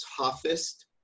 toughest